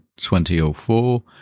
2004